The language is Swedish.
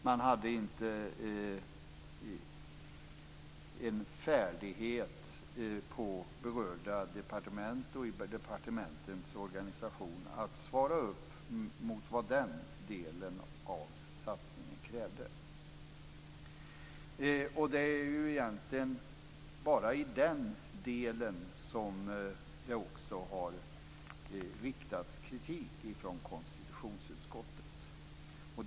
Man hade inte färdigheten på berörda departement att svara upp mot vad den delen av satsningen krävde. Det är bara i den delen som det har riktats kritik från konstitutionsutskottet.